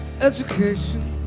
education